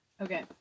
Okay